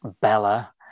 Bella